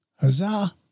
Huzzah